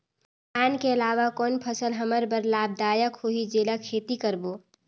धान के अलावा कौन फसल हमर बर लाभदायक होही जेला खेती करबो?